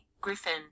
Griffin